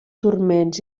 turments